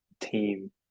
team